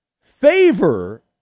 favor